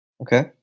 okay